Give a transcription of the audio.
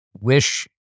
wish